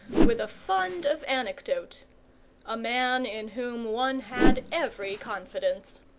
with a fund of anecdote a man in whom one had every confidence.